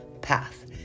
path